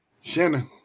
Shanna